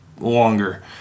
longer